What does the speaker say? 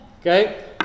Okay